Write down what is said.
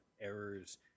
errors